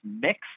mix